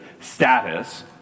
status